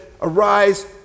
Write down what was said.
arise